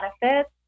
benefits